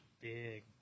Big